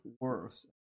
worse